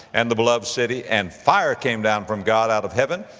and the beloved city, and fire came down from god out of heaven,